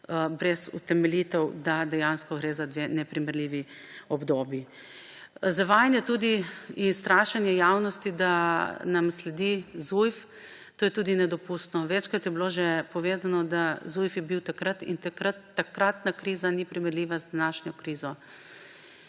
brez utemeljitev, da gre dejansko za dve neprimerljivi obdobji. Zavajanje in strašenje javnosti, da nam sledi Zujf, je tudi nedopustno. Večkrat je bilo že povedano, da je bil Zujf takrat in takratna kriza ni primerljiva z današnjo krizo.